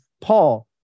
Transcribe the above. Paul